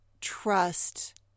trust